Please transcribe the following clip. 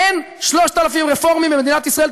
אין 3,000 רפורמים במדינת ישראל.